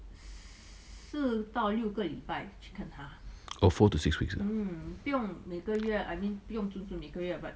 oh four to six weeks ah